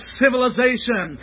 civilization